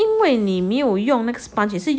因为你没有用那个 sponge 也是要